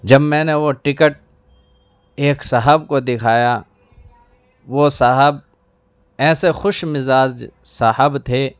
جب میں نے وہ ٹکٹ ایک صاحب کو دکھایا وہ صاحب ایسے خوش مزاج صاحب تھے